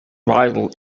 vital